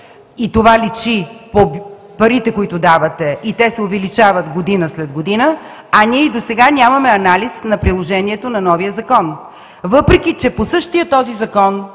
и това личи по парите, които давате, и те се увеличават година след година, а ние и досега нямаме анализ на приложението на новия закон, въпреки че по същия този закон